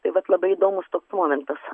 tai vat labai įdomus toks momentas